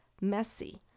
messy